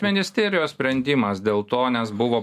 ministerijos sprendimas dėl to nes buvo